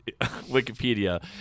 Wikipedia